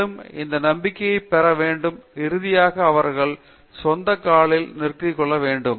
மேலும் அந்த நம்பிக்கையை பெற வேண்டும் இறுதியாக அவர்களின் சொந்த காலில் நிற்க கற்றுக்கொள்ள வேண்டும்